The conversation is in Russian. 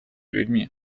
людьми